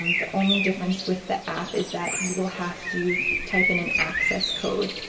um the only difference with the app is that you will have to type in an access code